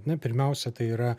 na pirmiausia tai yra